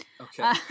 Okay